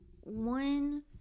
one